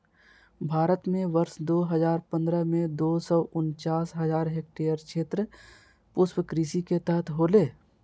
भारत में वर्ष दो हजार पंद्रह में, दो सौ उनचास हजार हेक्टयेर क्षेत्र पुष्पकृषि के तहत होले